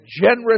generous